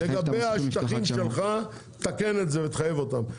לגבי השטחים שלך, תקן את זה וחייב אותם.